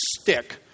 stick